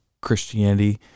Christianity